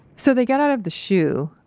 so, they got out of the shu,